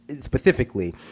Specifically